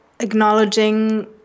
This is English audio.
acknowledging